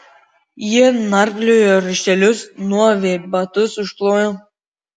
jie narpliojo raištelius nuavę batus užklojo